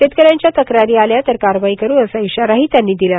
शेतकऱ्यांच्या तक्रारी आल्या तर कारवाई करू असा इशाराही त्यांनी दिला